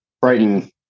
Brighton